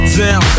down